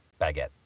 baguette